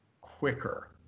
quicker